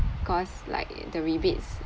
cause like the rebates